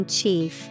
Chief